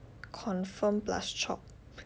confirm plus chop